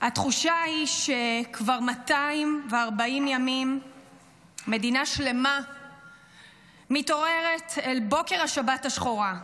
התחושה היא שכבר 240 ימים מדינה שלמה מתעוררת אל בוקר השבת השחורה.